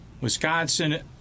Wisconsin